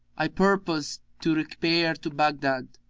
i purpose to repair to baghdad,